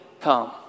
come